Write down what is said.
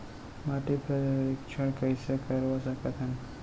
माटी परीक्षण कइसे करवा सकत हन?